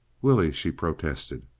willie! she protested.